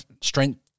strength